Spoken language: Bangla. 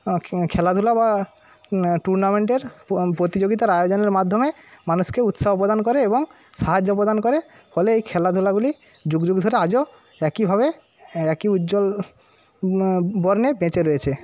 খে খেলাধুলা বা টুর্নামেন্টের প প্রতিযোগিতার আয়োজনের মাধ্যমে মানুষকে উৎসাহ প্রদান করে এবং সাহায্য প্রদান করে ফলে এই খেলাধুলাগুলি যুগ যুগ ধরে আজও একইভাবে একই উজ্জ্বল বর্ণে বেঁচে রয়েছে